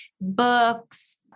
books